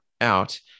out